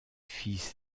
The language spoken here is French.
fils